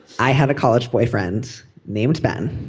i had a college boyfriend named ben